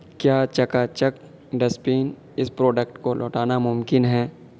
کیا Chakachak dustbin اس product کو لوٹانا ممکن ہے